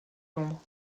londres